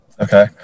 okay